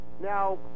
Now